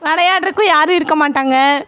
விளையாட்றக்கும் யாரும் இருக்கமாட்டாங்க